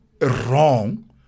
wrong